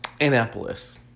Annapolis